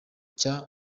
cya